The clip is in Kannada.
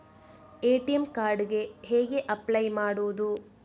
ಎ.ಟಿ.ಎಂ ಕಾರ್ಡ್ ಗೆ ಹೇಗೆ ಅಪ್ಲೈ ಮಾಡುವುದು?